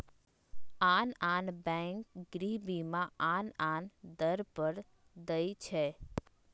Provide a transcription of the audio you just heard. आन आन बैंक गृह बीमा आन आन दर पर दइ छै